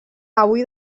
avui